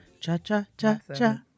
cha-cha-cha-cha